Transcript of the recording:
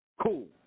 Cool